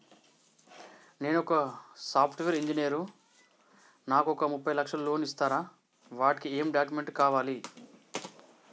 నేను ఒక software engineer నాకు ఒక ముప్పై లక్షల లోన్ ఇస్తరా? వాటికి ఏం డాక్యుమెంట్స్ కావాలి?